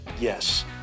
yes